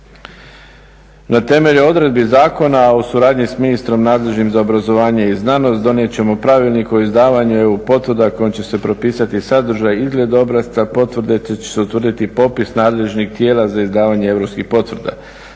Na temelju odredbi zakona o suradnji s ministrom nadležnim za obrazovanje i znanost donijet ćemo pravilnik o izdavanju EU potvrda kojim će se propisati sadržaj, izgled obrasca te će se utvrditi popis nadležnih tijela za izdavanje europskih potvrda.